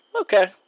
okay